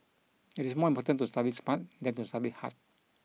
it is more important to study smart than to study hard